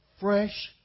fresh